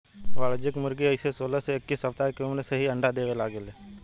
वाणिज्यिक मुर्गी अइसे सोलह से इक्कीस सप्ताह के उम्र से ही अंडा देवे लागे ले